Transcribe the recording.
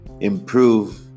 improve